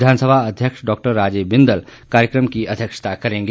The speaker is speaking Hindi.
विधानसभा अध्यक्ष डॉ राजीव बिंदल कार्यक्रम की अध्यक्षता करेंगे